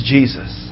Jesus